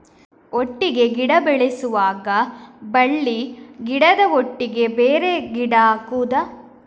ಒಟ್ಟಿಗೆ ಗಿಡ ಬೆಳೆಸುವಾಗ ಬಳ್ಳಿ ಗಿಡದ ಒಟ್ಟಿಗೆ ಬೇರೆ ಗಿಡ ಹಾಕುದ?